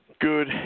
Good